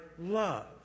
love